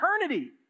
eternity